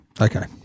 Okay